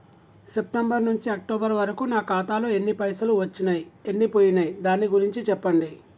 September నుంచి October వరకు నా ఖాతాలో ఎన్ని పైసలు వచ్చినయ్ ఎన్ని పోయినయ్ దాని గురించి చెప్పండి?